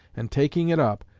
and taking it up,